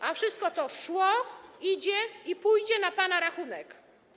A wszystko to szło, idzie i pójdzie na pana rachunek.